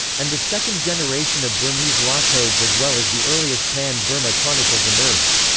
and the second generation of burmese law codes as well as the earliest pan-burma chronicles emerged.